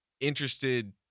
interested